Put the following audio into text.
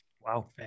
Wow